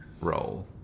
roll